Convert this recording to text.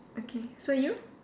okay so you